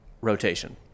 rotation